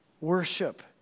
worship